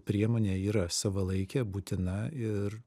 priemonė yra savalaikė būtina ir